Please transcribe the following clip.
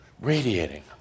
radiating